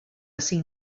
cinc